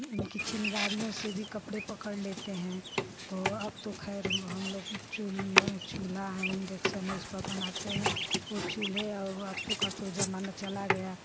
उनकी चिनगारियों से भी कपड़े पकड़ लेते हैं तो अब तो खैर हम लोग चूल चूल्हा है इंडक्सन है उस पर बनाते हैं वह चूल्हे और अत्तू का तो जमाना चला गया